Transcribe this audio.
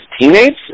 teammates